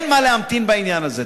אין מה להמתין בעניין הזה.